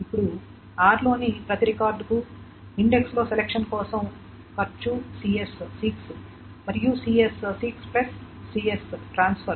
ఇప్పుడు r లోని ప్రతి రికార్డుకు ఇండెక్స్ లో సెలక్షన్ కోసం ఖర్చు cs సీక్స్ మరియు cs seeks plus cs transfers